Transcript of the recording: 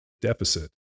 deficit